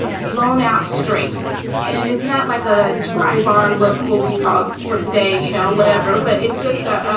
blown out straight and it's not like a drybar. look what we call for today. you know, whatever. but it's just, ah